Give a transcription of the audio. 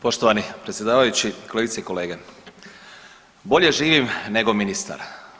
Poštovani predsjedavajući, kolegice i kolege, bolje živim nego ministar.